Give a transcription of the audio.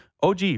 OG